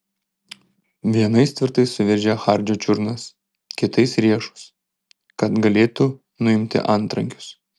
vienais tvirtai suveržė hardžio čiurnas kitais riešus kad galėtų nuimti antrankius